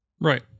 Right